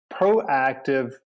proactive